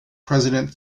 president